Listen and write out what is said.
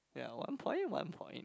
ya one point one point